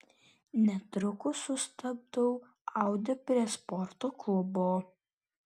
netrukus sustabdau audi prie sporto klubo